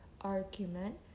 argument